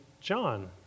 John